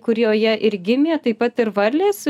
kurioje ir gimė taip pat ir varlės